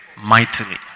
mightily